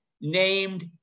named